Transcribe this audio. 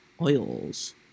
oils